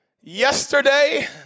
yesterday